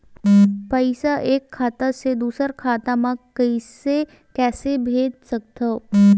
पईसा एक खाता से दुसर खाता मा कइसे कैसे भेज सकथव?